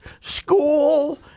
school